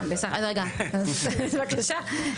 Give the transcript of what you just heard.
אז רגע, בבקשה.